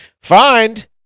Find